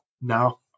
No